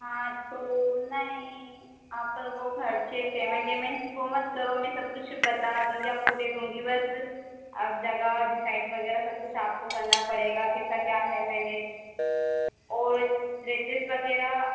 हाँ तो नहीं आप वह खर्चे पेमेंट एमेंट वह मत करो मैं सबकुछ बता दूंगी आपको दे दूंगी वैसे और जगह डिसाइड वगैरह सबकुछ आपको करना पड़ेगा कैसा क्या है मैनेज और ड्रेसेज वगेरह